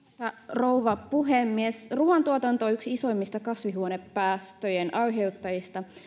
rouva puhemies ruuantuotanto on yksi isoimmista kasvihuonepäästöjen aiheuttajista